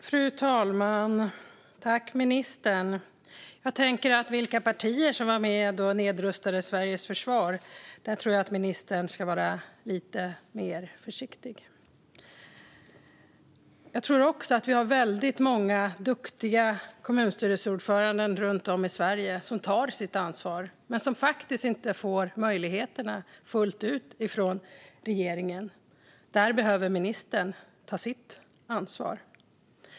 Fru talman! Jag tänker på vilka partier som var med och nedrustade Sveriges försvar. Där tror jag att ministern ska vara lite mer försiktig. Jag tror också att vi har väldigt många duktiga kommunstyrelseordförande runt om i Sverige som tar sitt ansvar, men de får faktiskt inte möjligheterna fullt ut från regeringen. Där behöver ministern ta sitt ansvar.